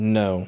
no